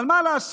אבל מה לעשות